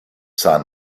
son